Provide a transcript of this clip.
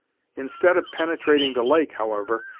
instead of penetrating the lake, however,